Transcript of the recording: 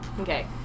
Okay